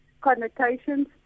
connotations